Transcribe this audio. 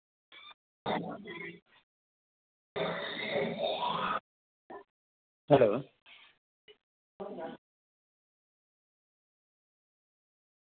hello